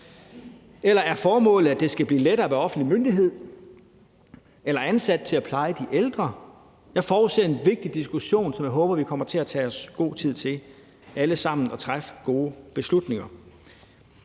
Eller er formålet, at det skal blive lettere at være offentlig myndighed eller ansat til at pleje de ældre? Jeg forudser en vigtig diskussion, og jeg håber, at vi alle sammen kommer til at tage os god tid til at træffe gode beslutninger.